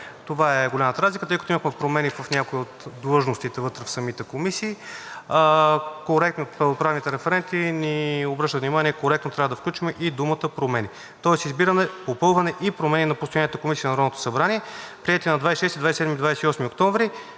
Това е голямата разлика, тъй като има промени в някои от длъжностите вътре в самите комисии. Коректно правните референти ни обръщат внимание, че трябва да включим и думата „промени“, тоест „избиране, попълване и промени на постоянните комисии на Народното събрание, приети на 26, 27 и 28 октомври,